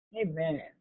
Amen